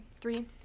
Three